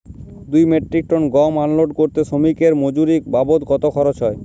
দুই metric ton গম unload করতে শ্রমিক এর মজুরি বাবদ কত খরচ হয়?